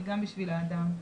היא גם בשביל האדם.